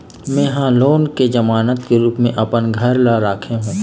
में ह लोन के जमानत के रूप म अपन घर ला राखे हों